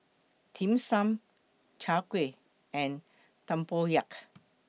Dim Sum Chai Kuih and Tempoyak